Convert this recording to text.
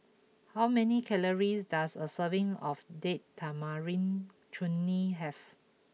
how many calories does a serving of Date Tamarind Chutney have